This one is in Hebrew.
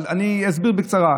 אבל אני אסביר בקצרה.